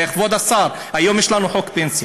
וכבוד השר, היום יש לנו חוק פנסיה.